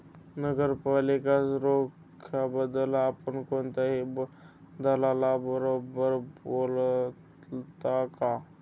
नगरपालिका रोख्यांबद्दल आपण कोणत्या दलालाबरोबर बोललात का?